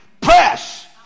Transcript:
Press